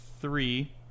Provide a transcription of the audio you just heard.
three